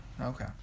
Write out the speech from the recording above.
Okay